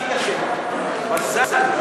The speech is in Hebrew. מזל.